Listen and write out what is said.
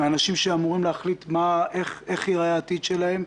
מהאנשים שאמורים להחליט איך יראה העתיד שלהם.